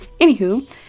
anywho